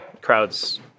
Crowds